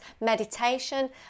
meditation